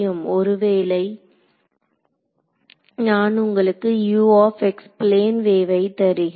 ஒருவேளை நான் உங்களுக்கு பிளேன் வேவை தருகிறேன்